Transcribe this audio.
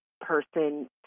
person